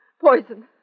poison